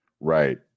right